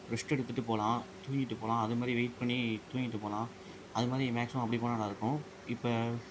rest எடுத்துகிட்டுப் போகலாம் தூங்கிட்டுப் போகலாம் அது மாதிரி வெயிட் பண்ணி தூங்கிவிட்டுப் போகலாம் அது மாதிரி மேக்ஸிமம் அப்படி போனால் நல்லாயிருக்கும் இப்போ